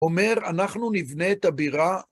אומר, אנחנו נבנה את הבירה